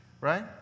right